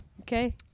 Okay